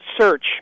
search